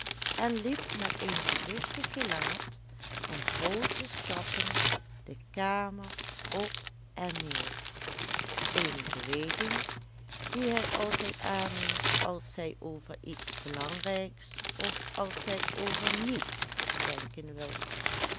en liep met een gewichtig gelaat en groote stappen de kamer op en neer eene beweging die hij altijd aanneemt als hij over iets belangrijks of als hij over niets denken wil